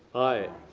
aye.